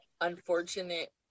unfortunate